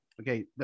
okay